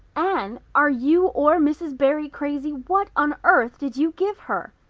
anne are you or mrs. barry crazy? what on earth did you give her?